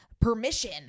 permission